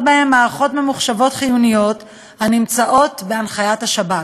בהם מערכות ממוחשבות חיוניות הנמצאות בהנחיית השב"כ.